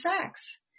sex